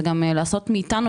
זה לעשות מאיתנו,